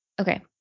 Okay